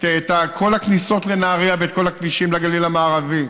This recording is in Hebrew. את כל הכניסות לנהריה ואת כל הכבישים לגליל המערבי,